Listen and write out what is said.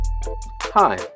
Hi